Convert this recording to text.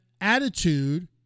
attitude